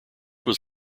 was